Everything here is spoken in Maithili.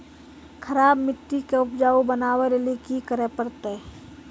खराब मिट्टी के उपजाऊ बनावे लेली की करे परतै?